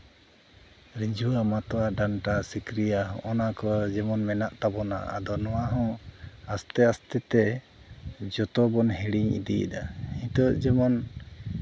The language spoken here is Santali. ᱨᱤᱡᱷᱟᱹ ᱢᱟᱛᱣᱟᱨ ᱰᱟᱱᱴᱟ ᱥᱤᱠᱨᱤᱭᱟ ᱱᱚᱜᱼᱚᱭ ᱱᱟ ᱠᱚ ᱡᱮᱢᱚᱱ ᱢᱮᱱᱟᱜ ᱛᱟᱵᱚᱱᱟ ᱟᱫᱚ ᱱᱚᱣᱟ ᱦᱚᱸ ᱟᱥᱛᱮ ᱟᱥᱛᱮ ᱛᱮ ᱡᱚᱛᱚᱵᱚᱱ ᱦᱤᱲᱤᱧ ᱤᱫᱤᱭᱮᱫᱟ ᱱᱤᱛᱚᱜ ᱡᱮᱢᱚᱱ